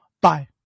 Bye